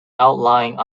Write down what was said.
outlying